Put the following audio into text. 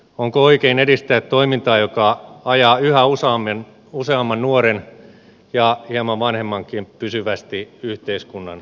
onko oikein edistää toimintaa joka ajaa yhä useamman nuoren ja hieman vanhemmankin pysyvästi yhteiskunnan ulkopuolelle